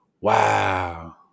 wow